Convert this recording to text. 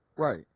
Right